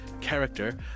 character